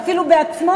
או אפילו בעצמו.